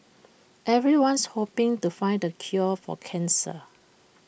everyone's hoping to find the cure for cancer